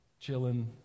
chilling